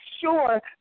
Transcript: sure